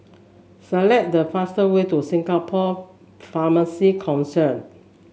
select the fast way to Singapore Pharmacy Council